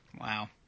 Wow